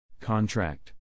Contract